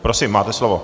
Prosím, máte slovo.